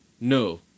No